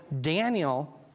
Daniel